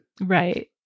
right